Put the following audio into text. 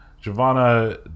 Giovanna